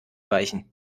weichen